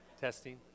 testing